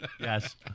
Yes